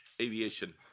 Aviation